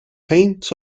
peint